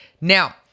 now